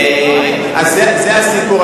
זה הסיפור,